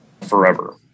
forever